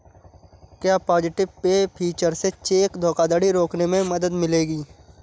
क्या positive pay feature से check धोखाधड़ी रोकने में मदद मिलेगी?